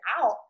out